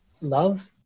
love